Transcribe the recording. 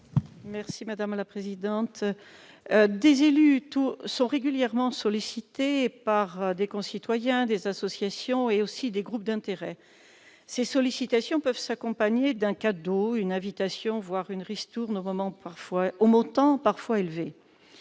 Marie-France Beaufils. Des élus sont régulièrement sollicités par des concitoyens, des associations et aussi des groupes d'intérêts. Ces sollicitations peuvent s'accompagner d'un cadeau, d'une invitation, voire d'une ristourne au montant parfois élevé.